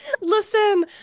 Listen